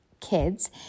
kids